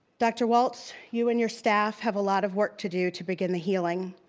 dr. waltz, you and your staff have a lot of work to do to begin the healing.